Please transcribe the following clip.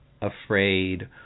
afraid